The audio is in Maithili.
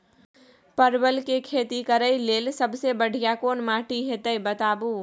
परवल के खेती करेक लैल सबसे बढ़िया कोन माटी होते बताबू?